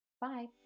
Bye